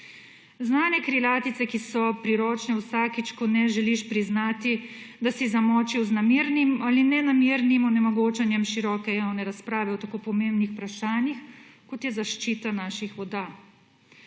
Znane krilatice, ki so priročne vsakič, ko ne želiš priznati, da si zamočil z namernim ali nenamernim onemogočanjem široke javne razprave o tako pomembnih vprašanjih, kot je zaščita naših voda.